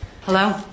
Hello